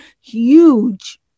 huge